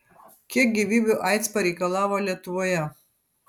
kiek gyvybių aids pareikalavo lietuvoje